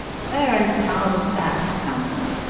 where and how does that come in?